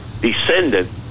descendant